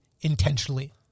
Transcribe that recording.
intentionally